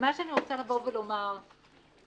אין